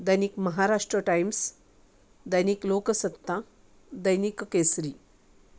दैनिक Maharashtra Times दैनिक लोकसत्ता दैनिक केसरी